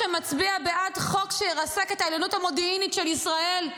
שמצביע בעד חוק שירסק את העליונות המודיעינית של ישראל,